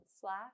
slash